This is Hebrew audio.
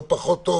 לא פחות טוב